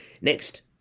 Next